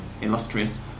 illustrious